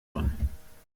drin